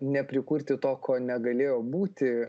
neprikurti to ko negalėjo būti